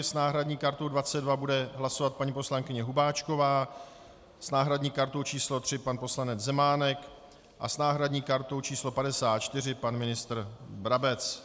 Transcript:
S náhradní kartou 22 bude hlasovat paní poslankyně Hubáčková, s náhradní kartou číslo 3 pan poslanec Zemánek a s náhradní kartou číslo 54 pan ministr Brabec.